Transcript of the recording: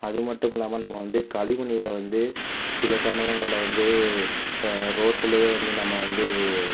அதுமட்டுமில்லாமல் நம்ப வந்து கழிவு நீரை வந்து சில சமயங்களில் வந்து ரோட்டிலேயே வந்து நம்ப வந்து